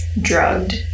drugged